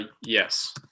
Yes